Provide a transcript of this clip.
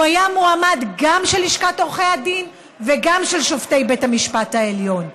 הוא היה מועמד גם של לשכת עורכי הדין וגם של שופטי בית המשפט העליון.